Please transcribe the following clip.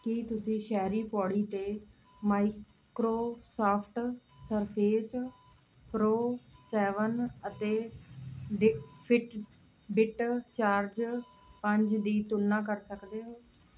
ਕੀ ਤੁਸੀਂ ਸ਼ਹਿਰੀ ਪੌੜੀ 'ਤੇ ਮਾਈਕਰੋਸਾਫਟ ਸਰਫੇਸ ਪ੍ਰੋ ਸੈਵਨ ਅਤੇ ਦ ਫਿਟਬਿਟ ਚਾਰਜ ਪੰਜ ਦੀ ਤੁਲਨਾ ਕਰ ਸਕਦੇ ਹੋ